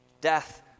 Death